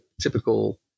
typical